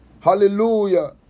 Hallelujah